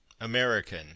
American